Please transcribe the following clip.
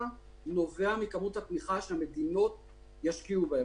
נובע מכמות התמיכה שהמדינות ישקיעו בהן.